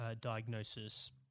diagnosis